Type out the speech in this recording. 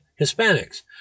Hispanics